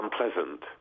unpleasant